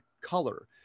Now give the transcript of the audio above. color